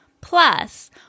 Plus